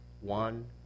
one